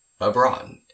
abroad